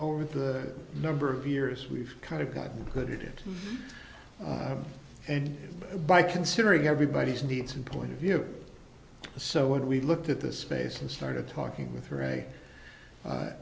over the number of years we've kind of gotten good at it and by considering everybody's needs and point of view so when we looked at the space and started talking with